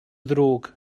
ddrwg